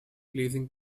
pleasing